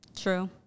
True